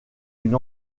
une